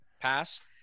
Pass